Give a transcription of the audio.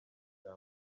cya